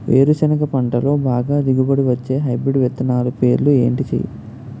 వేరుసెనగ పంటలో బాగా దిగుబడి వచ్చే హైబ్రిడ్ విత్తనాలు పేర్లు ఏంటి?